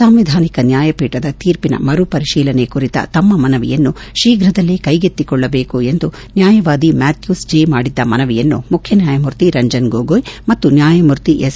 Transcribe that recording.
ಸಂವಿಧಾನಿಕ ನ್ಯಾಯಪೀಠದ ತೀರ್ಪಿನ ಮರುಪರಿಶೀಲನೆ ಕುರಿತ ತಮ್ಮ ಮನವಿಯನ್ನು ಶೀಘದಲ್ಲೇ ಕೈಗೆತ್ತಿಕೊಳ್ಳಬೇಕು ಎಂದು ನ್ಯಾಯವಾದಿ ಮ್ಯಾಥ್ಲೂಸ್ ಜೇ ಮಾಡಿದ್ದ ಮನವಿಯನ್ನು ಮುಖ್ಯನ್ಯಾಯಮೂರ್ತಿ ರಂಜನ್ ಗೊಗೋಯ್ ಮತ್ತು ನ್ಯಾಯಮೂರ್ತಿ ಎಸ್